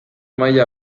maila